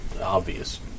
obvious